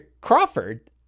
Crawford